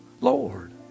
Lord